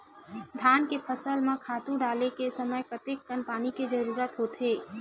धान के फसल म खातु डाले के समय कतेकन पानी के जरूरत होथे?